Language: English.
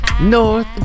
North